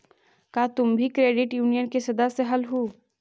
का तुम भी क्रेडिट यूनियन के सदस्य हलहुं?